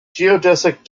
geodesic